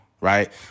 right